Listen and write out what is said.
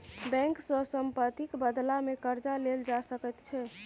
bank सँ सम्पत्तिक बदलामे कर्जा लेल जा सकैत छै